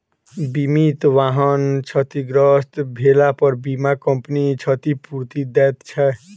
बीमित वाहन क्षतिग्रस्त भेलापर बीमा कम्पनी क्षतिपूर्ति दैत छै